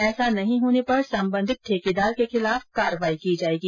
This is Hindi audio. ऐसा नहीं होने पर संबंधित ठेकेदार के खिलाफ कार्रवाई की जाएगी